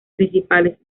principales